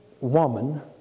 woman